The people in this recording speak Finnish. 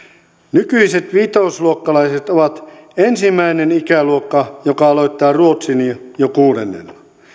nykyiset vitosluokkalaiset ovat ensimmäinen ikäluokka joka aloittaa ruotsin jo kuudennella